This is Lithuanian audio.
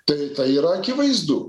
tai yra akivaizdu